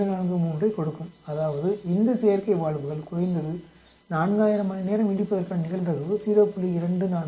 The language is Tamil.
243 ஐக் கொடுக்கும் அதாவது இந்த செயற்கை வால்வுகள் குறைந்தது 4000 மணிநேரம் நீடிப்பதற்கான நிகழ்தகவு 0